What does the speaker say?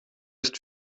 ist